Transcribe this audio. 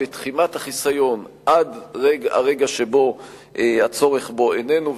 בתחימת החיסיון עד לרגע שבו הצורך בו איננו,